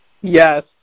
Yes